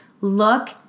Look